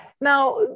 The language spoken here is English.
Now